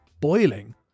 boiling